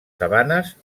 sabanes